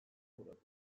uğradı